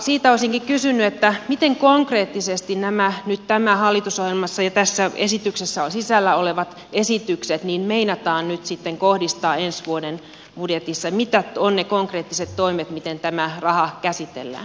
siitä olisinkin kysynyt miten konkreettisesti tässä hallitusohjelmassa ja tässä esityksessä sisällä olevat esitykset meinataan nyt sitten kohdistaa ensi vuoden budjetissa ja mitä ovat ne konkreettiset toimet miten tämä raha käsitellään